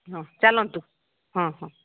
ହଁ ଚାଲନ୍ତୁ ହଁ ହଁ